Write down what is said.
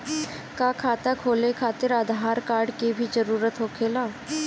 का खाता खोले खातिर आधार कार्ड के भी जरूरत होखेला?